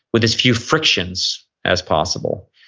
with as few frictions as possible?